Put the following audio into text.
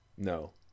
no